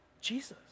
Jesus